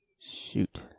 Shoot